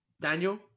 Daniel